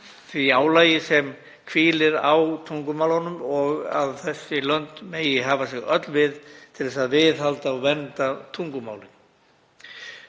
því álagi sem hvílir á tungumálunum og að þessi lönd megi hafa sig öll við til að viðhalda og vernda tungumálin.